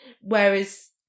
Whereas